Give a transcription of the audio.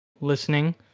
listening